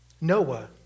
Noah